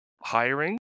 hiring